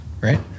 Right